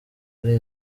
ari